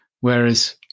whereas